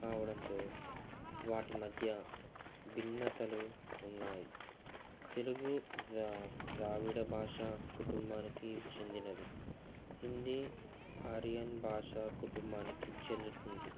కావడంతో వాటి మధ్య భిన్నతలు ఉన్నాయి తెలుగు జా ద్రావిడ భాషా కుటుంబానికి చెందినది హిందీ ఆరియన్ భాష కుటుంబానికి చెందుతుంది